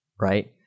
right